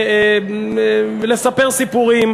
ולספר סיפורים,